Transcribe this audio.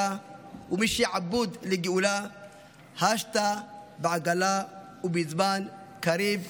ומשעבוד לִגְאֻלה הָשָׁתָא בַּעֲגָלָא ובזמן קריב,